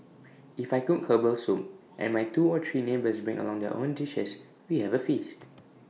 if I cook Herbal Soup and my two or three neighbours bring along their own dishes we have A feast